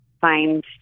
find